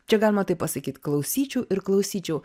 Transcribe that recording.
čia galima taip pasakyt klausyčiau ir klausyčiau